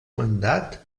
mandat